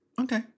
Okay